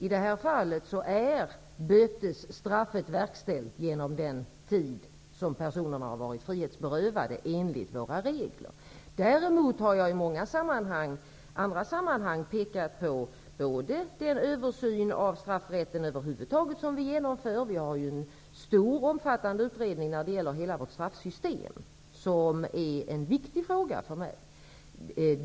I det aktuella fallet är bötesstraffet verkställt enligt våra regler med den tid som personerna i fråga har varit frihetsberövade. I många andra sammanhang har jag däremot pekat på den översyn av straffrätten över huvud taget som genomförs. Det är en stor och omfattande utredning som pågår när det gäller hela vårt straffsystem och som är en för mig viktig fråga.